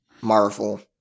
Marvel